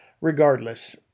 regardless